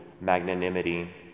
magnanimity